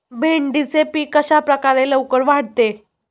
भेंडीचे पीक कशाप्रकारे लवकर वाढते?